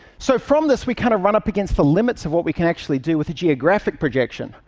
so from this, we kind of run up against the limits of what we can actually do with a geographic projection,